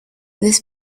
this